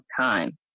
time